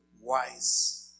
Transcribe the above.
wise